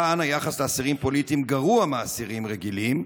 כאן היחס לאסירים פוליטיים גרוע מלאסירים רגילים,